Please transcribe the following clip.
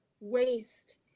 waste